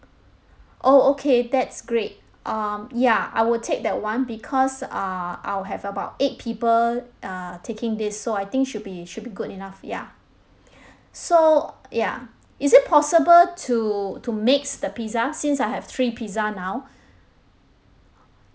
oh okay that's great um ya I will take that [one] because err I'll have about eight people uh taking this so I think should be should be good enough ya so ya is it possible to to mix the pizza since I have three pizza now